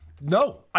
No